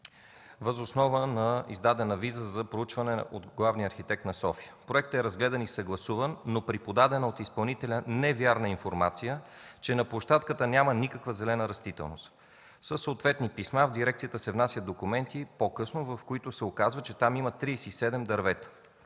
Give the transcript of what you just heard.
въз основа на издадена виза за проучване от главния архитект на София. Проектът е разгледан и съгласуван, но при подадена от изпълнителя невярна информация, че на площадката няма никаква зелена растителност. Със съответни писма по-късно в дирекцията се внасят документи, от които се оказва, че там има 37 дървета.